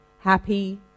happy